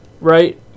Right